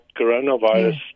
coronavirus